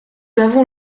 avons